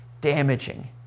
damaging